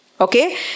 Okay